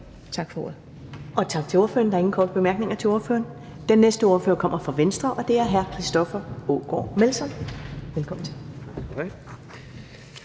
(Karen Ellemann): Tak til ordføreren. Der er ingen korte bemærkninger til ordføreren. Den næste ordfører kommer fra Venstre, og det er hr. Christoffer Aagaard Melson. Velkommen til.